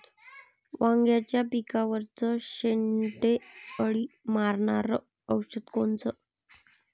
वांग्याच्या पिकावरचं शेंडे अळी मारनारं औषध कोनचं?